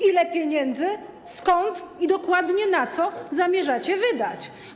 Ile pieniędzy, skąd i dokładnie na co zamierzacie wydać?